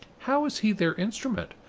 how is he their instrument?